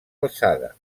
alçada